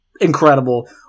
incredible